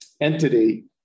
entity